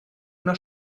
una